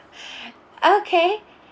okay